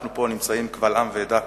אנחנו נמצאים כאן קבל עם ועדה,